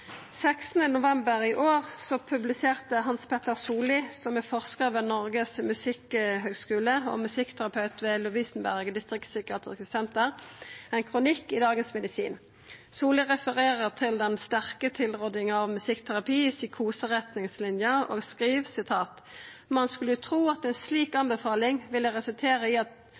16. november i år publiserte Hans Petter Solli, som er forskar ved Noregs musikkhøgskole og musikkterapeut ved Lovisenberg distriktspsykiatriske senter, ein kronikk i Dagens Medisin. Solli refererer til den sterke tilrådinga om musikkterapi i psykoseretningslinja og skriv: «Man skulle tro at en slik anbefaling ville resultere i at